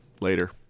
Later